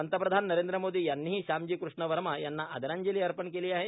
पंतप्रधान नरेंद्र मोदी यांनीही श्यामजी कृष्ण वर्मा यांना आदरांजली अर्पण केली आहे